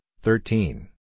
thirteen